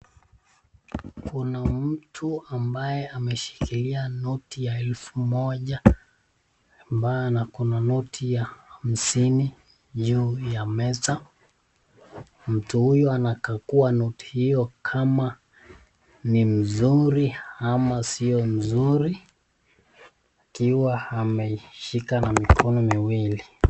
Kuna mtu ambaye ameshikilia noti ya elfu moja ambayo ako na noti ya hamsini juu ya meza. Mtu huyu anakakua noti hiyo kama ni mzuri ama sio nzuri akiwa ameshika na mikono miwili.